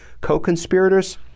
co-conspirators